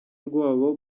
rwabo